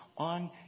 On